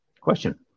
Question